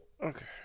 Okay